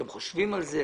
אתם חושבים על זה?